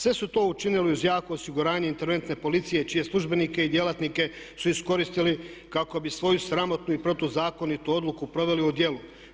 Sve su to učinili uz jako osiguranje interventne policije čije službenike i djelatnike su iskoristiti kako bi svoju sramotnu i protuzakonitu odluku proveli u djelo.